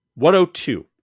102